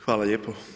Hvala lijepo.